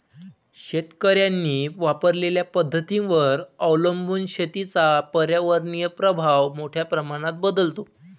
शेतकऱ्यांनी वापरलेल्या पद्धतींवर अवलंबून शेतीचा पर्यावरणीय प्रभाव मोठ्या प्रमाणात बदलतो